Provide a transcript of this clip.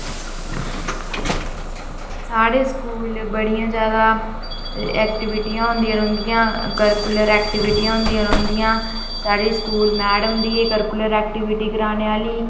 साढ़े स्कूल बड़ियां जादा एक्टीविटियां होंदियां कोकरिकुलर एक्टीविटियां होंदियां रौहंदियां साढ़े स्कूल मैडम बी एक्टीविटी कराने आह्ली